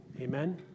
Amen